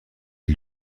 est